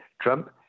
Trump